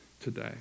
today